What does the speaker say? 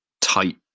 tight